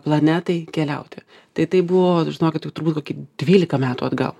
planetai keliauti tai tai buvo žinokit jau turbūt koki dvylika metų atgal